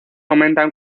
aumentan